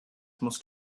must